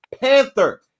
Panther